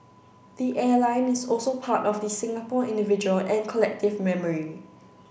the airline is also part of the Singapore individual and collective memory